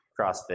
CrossFit